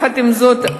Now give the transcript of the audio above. עם זאת,